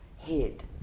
head